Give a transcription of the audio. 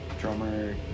drummer